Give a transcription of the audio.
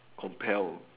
compel